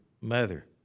mother